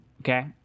Okay